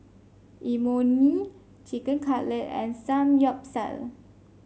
Imoni Chicken Cutlet and Samgyeopsal